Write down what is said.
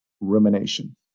rumination